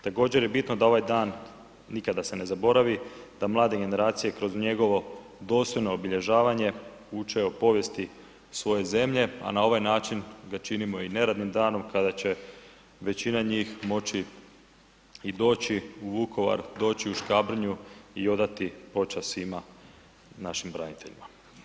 Također je bitno da ovaj dan nikada se ne zaboravi, da mlade generacije kroz njegovo dostojno obilježavanje uče o povijesti svoje zemlje a na ovaj način ga činimo i neradnim danom kada će većina njih moći i doći u Vukovar, doći u Škabrnju i odati počast svima našim braniteljima.